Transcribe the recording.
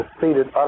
defeated